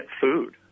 food